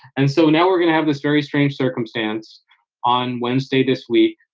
and so now we're going to have this very strange circumstance on wednesday, this week,